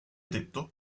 detto